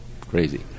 crazy